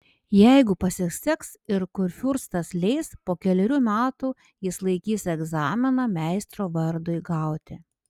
jeigu pasiseks ir kurfiurstas leis po kelerių metų jis laikys egzaminą meistro vardui gauti